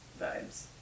vibes